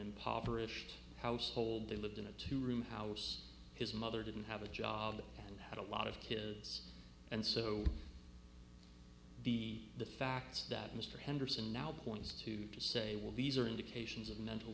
impoverished household they lived in a two room house his mother didn't have a job and had a lot of kids and so the the fact that mr henderson now points to to say will be easier indications of mental